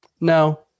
No